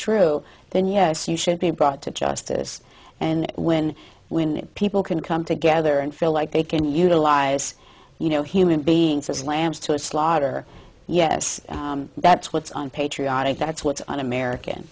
true then yes you should be brought to justice and when when people can come together and feel like they can utilize you know human beings as lambs to a slaughter yes that's what's on patriotic that's what's un american